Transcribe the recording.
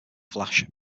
flash